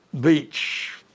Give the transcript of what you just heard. beach